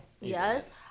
yes